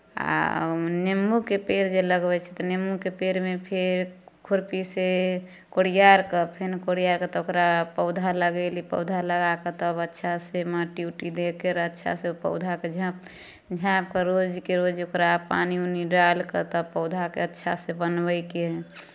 आ निम्बूके पेड़ जे लगबै छियै तऽ निम्बूके पेड़मे फेर खुरपीसँ कोरिआ अरके फेन कोरिया कऽ तऽ ओकरा पौधा लगेली पौधा लगा कऽ तब अच्छासँ माटि उटि दऽ कऽ अच्छासँ ओ पौधाकेँ झाँपि झाँपि कऽ रोजके रोज ओकरा पानि उनि डालि कऽ तब पौधाके अच्छासँ बनबैके हइ